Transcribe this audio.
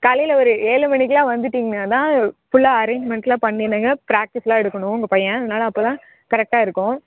காலையில் ஒரு ஏழு மணிக்கெல்லாம் வந்துட்டீங்கனாதான் ஃபுல்லாக அரேஞ்ச்மென்ட்டுலாம் பண்ணணும்ங்க பிராக்டிஸ்லாம் எடுக்கணும் உங்கள் பையன் அதனால அப்போ தான் கரெக்டாக இருக்கும்